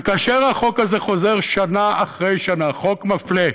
וכאשר החוק הזה חוזר שנה אחרי שנה, חוק מפלה,